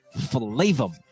flavum